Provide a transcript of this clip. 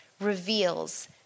reveals